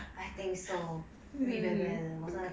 I think so